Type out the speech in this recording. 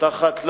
תחת לחץ,